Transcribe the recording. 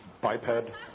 biped